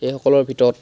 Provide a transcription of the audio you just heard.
এইসকলৰ ভিতৰত